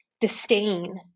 disdain